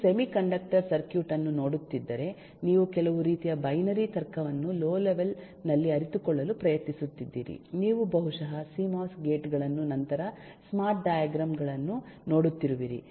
ನೀವು semiconductor circuit ಅನ್ನು ನೋಡುತ್ತಿದ್ದರೆ ನೀವು ಕೆಲವು ರೀತಿಯ ಬೈನರಿ ತರ್ಕವನ್ನು ಲೊ ಲೆವೆಲ್ ನಲ್ಲಿ ಅರಿತುಕೊಳ್ಳಲು ಪ್ರಯತ್ನಿಸುತ್ತಿದ್ದೀರಿ ನೀವು ಬಹುಶಃ ಸಿಎಂಒಎಸ್ ಗೇಟ್ ಗಳನ್ನು ನಂತರ ಸ್ಮಾರ್ಟ್ ಡೈಗ್ರಾಮ್ ಗಳನ್ನು ನೋಡುತ್ತಿರುವಿರಿ